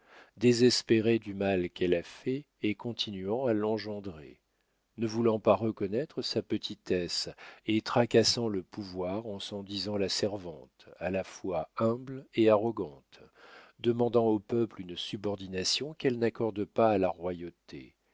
désespérée du mal qu'elle a fait et continuant à l'engendrer ne voulant pas reconnaître sa petitesse et tracassant le pouvoir en s'en disant la servante à la fois humble et arrogante demandant au peuple une subordination qu'elle n'accorde pas à la royauté